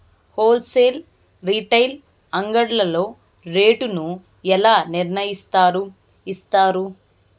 Whole sale retail అంగడ్లలో rate ను ఎలా నిర్ణయిస్తారు యిస్తారు?